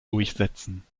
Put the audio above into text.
durchsetzen